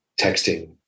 texting